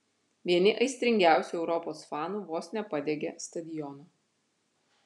vieni aistringiausių europos fanų vos nepadegė stadiono